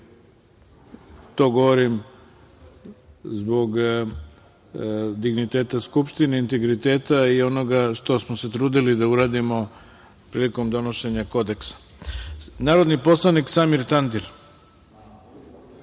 To govorim zbog digniteta Skupštine, integriteta i onoga što smo se trudili da uradimo prilikom donošenja kodeksa. Reč ima narodni poslanik Samir Tandir.